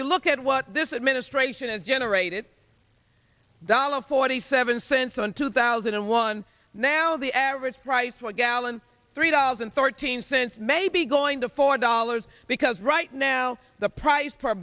you look at what this administration has generated dollar forty seven cents on two thousand and one now the average price for a gallon three dollars and fourteen cents maybe going to four dollars because right now the price